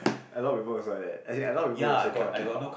a lot of people was like that as in a lot of people also cannot keep up